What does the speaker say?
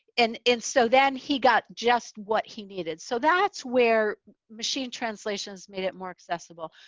and and so then he got just what he needed. so that's where machine translations made it more accessible.